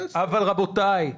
רבותיי,